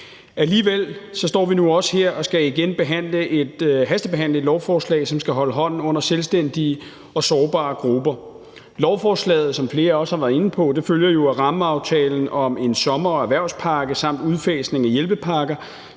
Alligevel står vi nu også her og skal igen hastebehandle et lovforslag, som skal holde hånden under selvstændige og sårbare grupper. Lovforslaget følger jo, som flere også har været inde på, af rammeaftalen om en sommer- og erhvervspakke samt udfasning af hjælpepakker,